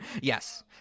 yes